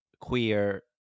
queer